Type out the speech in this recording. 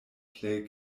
plej